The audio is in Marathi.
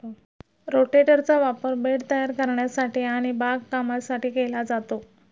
रोटेटरचा वापर बेड तयार करण्यासाठी आणि बागकामासाठी केला जातो